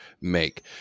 make